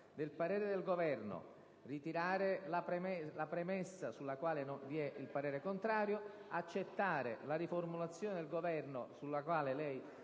del parere del Governo, ritirare la premessa, sulla quale vi è parere contrario, accettare la riformulazione della parte